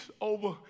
over